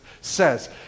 says